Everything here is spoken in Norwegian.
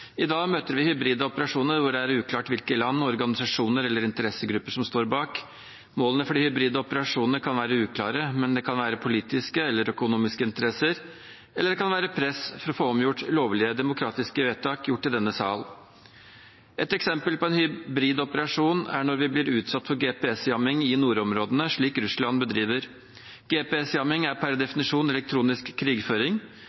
I dag møter vi hybride operasjoner hvor det er uklart hvilke land, organisasjoner eller interessegrupper som står bak. Målene for de hybride operasjonene kan være uklare, men det kan være politiske eller økonomiske interesser, eller det kan være press for å få omgjort lovlige demokratiske vedtak gjort i denne sal. Et eksempel på en hybrid operasjon er når vi blir utsatt for «GPS-jamming» i nordområdene, slik Russland bedriver. «GPS-jamming» er per